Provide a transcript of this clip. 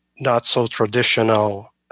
not-so-traditional